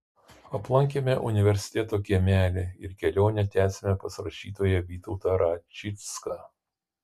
aplankėme universiteto kiemelį ir kelionę tęsėme pas rašytoją vytautą račicką